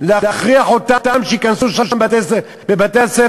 להכריח אותם להכניס שם לבתי-הספר.